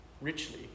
richly